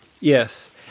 yes